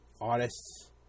artists